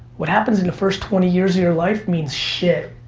what happens in the first twenty years of your life means shit,